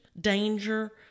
danger